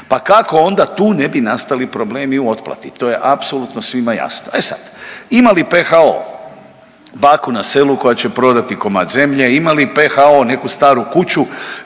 pa kako onda tu ne bi nastali problemi u otplati. To je apsolutno svima jasno. E sad ima li PHO baku na selu koja će prodati komad zemlje, ima li PHO neku staru kuću